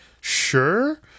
Sure